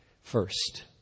first